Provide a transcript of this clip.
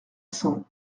cents